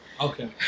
Okay